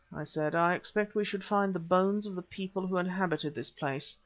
i said, i expect we should find the bones of the people who inhabited this place.